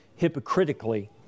hypocritically